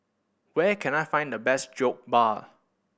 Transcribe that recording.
where can I find the best Jokbal